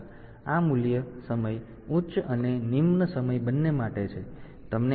તેથી આ મૂલ્ય સમય ઉચ્ચ અને નિમ્ન સમય બંને માટે સમાન છે